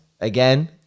Again